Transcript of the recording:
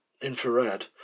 infrared